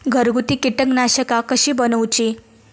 घरगुती कीटकनाशका कशी बनवूची?